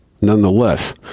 nonetheless